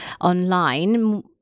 online